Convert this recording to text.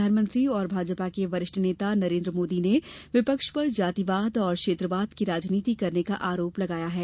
प्रधानमंत्री और भाजपा के वरिष्ठ नेता नरेंद्र मोदी ने विपक्ष पर जातिवाद और क्षेत्रवाद की राजनीति करने का आरोप लगाया है